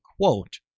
quote